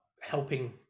helping